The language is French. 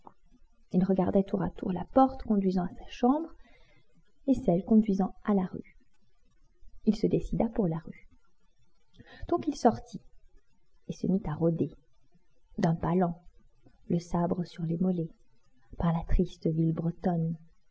il regardait tour à tour la porte conduisant à sa chambre et celle conduisant à la rue il se décida pour la rue donc il sortit et se mit à rôder d'un pas lent le sabre sur les mollets par la triste ville bretonne